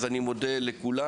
אני מודה לכולם.